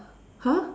!huh!